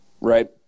right